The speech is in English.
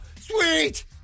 sweet